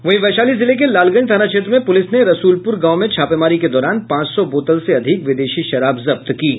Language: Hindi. वहीं वैशाली जिले के लालगंज थाना क्षेत्र में पुलिस ने रसूलपुर गांव में छापेमारी के दौरान पांच सौ बोतल से अधिक विदेशी शराब जब्त की है